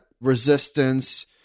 resistance